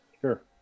Sure